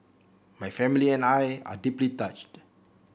my family and I are deeply touched